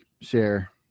share